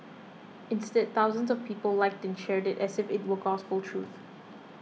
instead thousands of people liked and shared it as if it were gospel truth